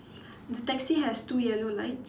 the taxi has two yellow lights